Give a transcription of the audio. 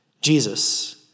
Jesus